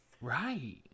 Right